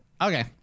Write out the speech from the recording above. Okay